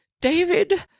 David